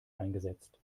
eingesetzt